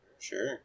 Sure